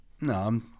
No